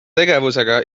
tegevusega